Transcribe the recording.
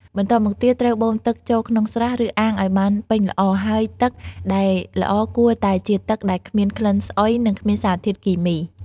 បន្ទាប់មកទៀតត្រូវបូមទឹកចូលក្នុងស្រះ ឬអាងឲ្យបានពេញល្អ ហើយទឹកដែលល្អគួរតែជាទឹកដែលគ្មានក្លិនស្អុយ និងគ្មានសារធាតុគីមី។